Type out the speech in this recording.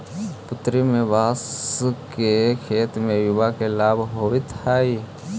पूर्वोत्तर में बाँस के खेत से युवा के लाभ होवित हइ